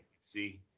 See